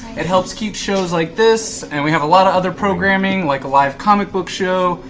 it helps keep shows like this, and we have a lot of other programming like a live comic book show,